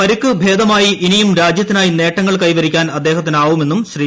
പരിക്ക് ഭേദമായി ഇനിയും രാജ്യത്തിനായി നേട്ടങ്ങൾ കൈവരിക്കാൻ അദ്ദേഹത്തിനാവുമെന്നും ശ്രീ